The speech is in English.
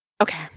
Okay